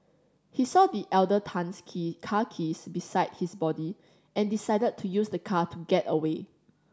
he saw the elder Tan's key car keys beside his body and decided to use the car to get away